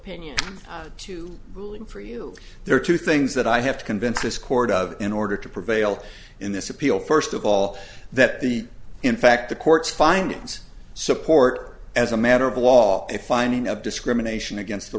pay two ruling for you there are two things that i have to convince this court of in order to prevail in this appeal first of all that the in fact the court's findings support as a matter of law a finding of discrimination against the